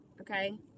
okay